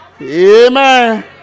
Amen